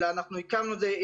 אלא אנחנו הקמנו את זה,